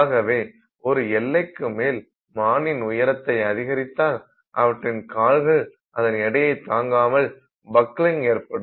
ஆகவே ஒரு எல்லைக்கு மேல் மானின் உயரத்தை அதிகரித்தால் அவற்றின் கால்கள் அதன் எடையை தாங்காமல் பக்கிலிங்க் ஏற்படும்